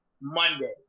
Monday